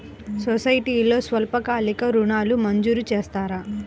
సొసైటీలో స్వల్పకాలిక ఋణాలు మంజూరు చేస్తారా?